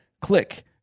click